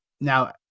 Now